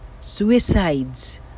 suicides